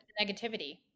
negativity